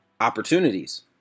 opportunities